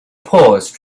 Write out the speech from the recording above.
paused